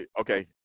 Okay